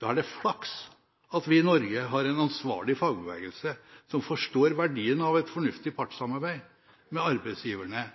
Da er det flaks at vi i Norge har en ansvarlig fagbevegelse som forstår verdien av et fornuftig partssamarbeid med arbeidsgiverne